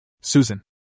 Susan